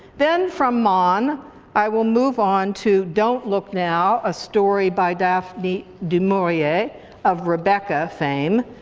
then from mann i will move on to don't look now, a story by daphne du maurier of rebecca fame.